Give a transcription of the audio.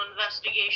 investigation